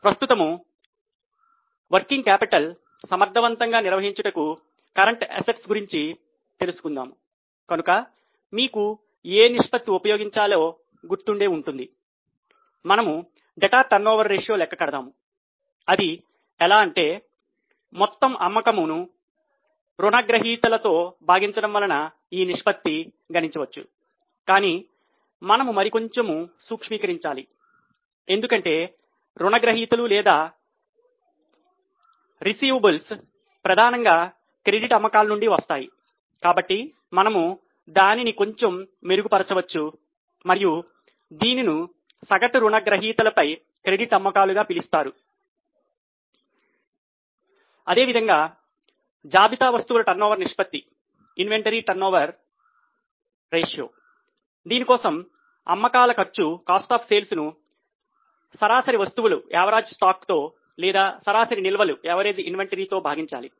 ప్రస్తుతము పని మూలధనం తో భాగించాలి